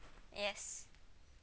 yes